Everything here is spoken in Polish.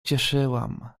cieszyłam